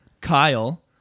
Kyle